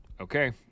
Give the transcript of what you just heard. okay